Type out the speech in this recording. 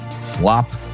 Flop